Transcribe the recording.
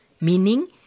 meaning